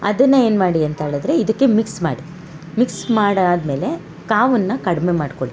ಅದನ್ನ ಏನು ಮಾಡಿ ಅಂತ್ಹೇಳಿದ್ರೆ ಇದಕ್ಕೆ ಮಿಕ್ಸ್ ಮಾಡಿ ಮಿಕ್ಸ್ ಮಾಡಾದ್ಮೇಲೆ ಕಾವುನ್ನ ಕಡ್ಮೆ ಮಾಡ್ಕೊಳಿ